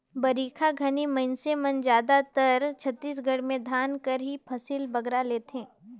बरिखा घनी मइनसे मन जादातर छत्तीसगढ़ में धान कर ही फसिल बगरा लेथें